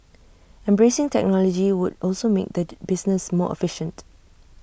embracing technology would also make the business more efficient